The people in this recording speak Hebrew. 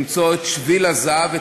למצוא את שביל הזהב,